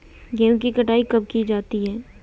गेहूँ की कटाई कब की जाती है?